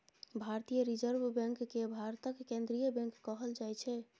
भारतीय reserve bank केँ भारतक केंद्रीय बैंक कहल जाइ छै